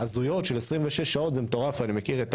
הזויות של 26 שעות, זה מטורף.